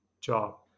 job